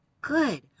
good